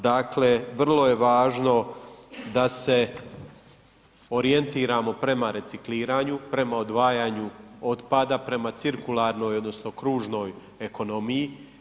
Dakle, vrlo je važno da se orijentiramo prema recikliranju, prema odvajanju otpada, prema cirkularnoj odnosno kružnoj ekonomiji.